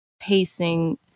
pacing